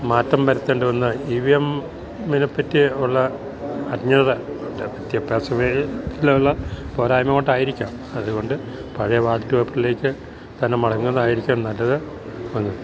മാറ്റം വരുത്തേണ്ട വന്ന ഈ വി എംമ്മിനേപ്പറ്റി ഉള്ള അക്ഞത വിദ്യാഭ്യാസമേഖ് ലൊള്ള പോരായ്മ്മ കൊണ്ടായിരിക്കാം അത് കൊണ്ട് പഴയ വാലറ്റ് പേപ്പറിലേക്ക് തന്നെ മടങ്ങുന്നതാരിക്കും നല്ലത് ഒന്ന്